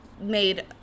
made